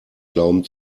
glauben